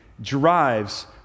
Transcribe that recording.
drives